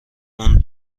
اون